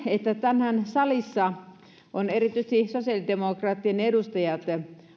että tänään salissa ovat erityisesti sosiaalidemokraattien edustajat